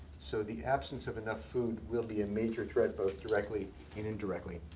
so the absence of enough food will be a major threat, both directly and indirectly.